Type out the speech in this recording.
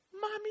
Mommy